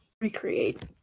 recreate